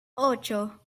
ocho